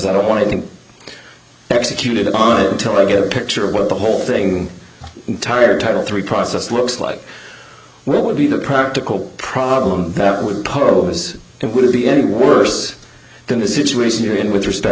i don't want to think executed on it until i get a picture of what the whole thing entire title three process works like what would be the practical problem that would pose it wouldn't be any worse than the situation you're in with respect